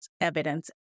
evidence